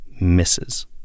misses